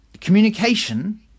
communication